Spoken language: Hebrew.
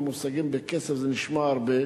בכסף זה נשמע הרבה,